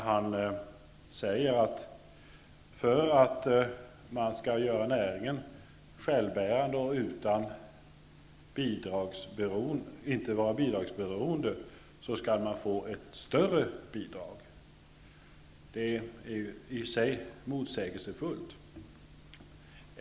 Han säger att för att man skall göra rennäringen självbärande och inte bidragsberoende skall näringen få ett större bidrag. Det är i och för sig motsägelsefullt.